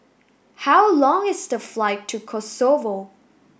how long is the flight to Kosovo